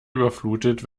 überflutet